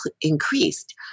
increased